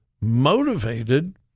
motivated